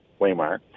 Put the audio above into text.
Waymar